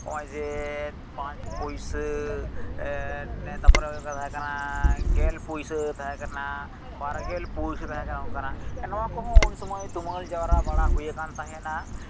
ᱱᱚᱜᱼᱚᱭ ᱡᱮ ᱯᱟᱸᱪ ᱯᱩᱭᱥᱟᱹ ᱛᱟᱨᱯᱚᱨᱮ ᱦᱩᱭᱩᱜ ᱠᱟᱱᱟ ᱜᱮᱞ ᱯᱩᱭᱥᱟᱹ ᱛᱟᱦᱮᱸ ᱠᱟᱱᱟ ᱵᱟᱨᱜᱮᱞ ᱯᱩᱭᱥᱟᱹ ᱛᱟᱦᱮᱸ ᱠᱟᱱᱟ ᱚᱱᱠᱟᱱᱟᱜ ᱱᱚᱣᱟ ᱠᱚᱦᱚᱸ ᱩᱱ ᱥᱚᱢᱚᱭ ᱛᱩᱢᱟᱹᱞ ᱡᱟᱣᱨᱟ ᱵᱟᱲᱟ ᱦᱩᱭ ᱟᱠᱟᱱ ᱛᱟᱦᱮᱱᱟ